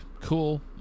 cool